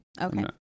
Okay